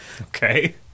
okay